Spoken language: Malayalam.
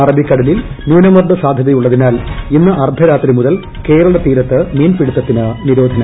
അറബിക്കടലിൽ ന്യൂനമർദ്ദ സാധൃതയുള്ളതിനാൽ ഇന്ന് അർദ്ധരാത്രി മുതൽ കേരള തീരത്ത് മീൻപിടുത്തത്തിന് നിരോധനം